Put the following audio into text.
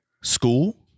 School